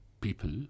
people